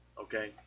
Okay